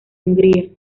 hungría